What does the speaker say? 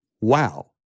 wow